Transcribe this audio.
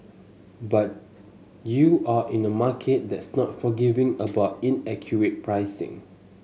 but you're in the market that's not forgiving about inaccurate pricing